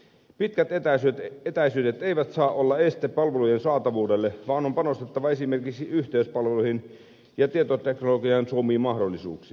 pitkät etäisyydet eivät saa olla este palvelujen saatavuudelle vaan on panostettava esimerkiksi yhteyspalveluihin ja tietoteknologian suomiin mahdollisuuksiin